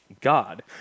God